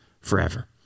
forever